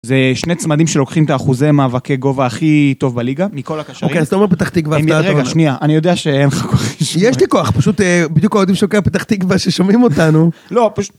זה שני צמדים שלוקחים את האחוזי המאבקי גובה הכי טוב בליגה. מכל הקשרים. אוקיי, אז תאמר פתח תקווה. רגע, שנייה, אני יודע שאין לך כוח לשמוע. יש לי כוח, פשוט בדיוק עוד משוקעים פתח תקווה ששומעים אותנו. לא, פשוט...